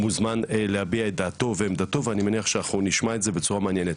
מוזמן להביע את דעתו ועמדתו ואני מניח שאנחנו נשמע את זה בצורה מעניינת.